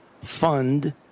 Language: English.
fund